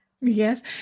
Yes